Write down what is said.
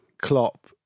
Klopp